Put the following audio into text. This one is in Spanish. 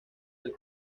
del